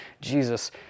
Jesus